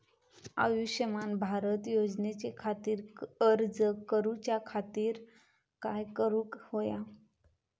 आयुष्यमान भारत योजने खातिर अर्ज करूच्या खातिर काय करुक होया?